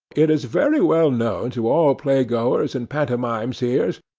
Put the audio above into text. it is very well known to all playgoers and pantomime-seers,